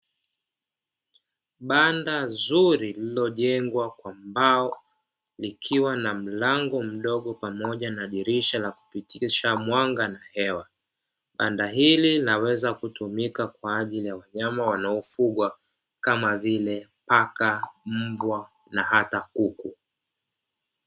Banda zuri lililojengwa kwa mbao likiwa na mlango mdogo pamoja na dirisha la kupitisha mwanga na hewa, banda hili laweza kutumika kwa ajili ya wanyama wanaofugwa kama vile paka, mbwa na hata kuku.